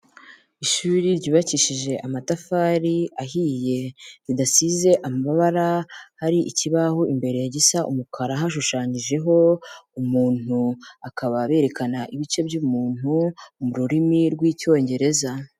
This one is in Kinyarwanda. Ishuri ryubakishije amatafari ahiye ridasize amabara, hari ikibaho imbere ya gisa umukara hashushanyijeho umuntu, akaba berekana ibice by'umuntu mu rurimi rw'icyongereza.